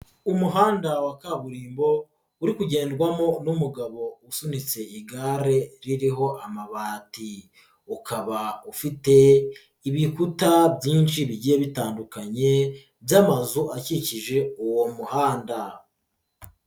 Umuhanda wa kaburimbo uri kugendwamo n'umugabo uvunitse igare ririho amabati, ukaba ufite ibikuta byinshi bigiye bitandukanye by'amazu akikije uwo muhanda.